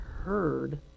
heard